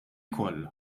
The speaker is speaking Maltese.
kollha